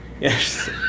Yes